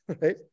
right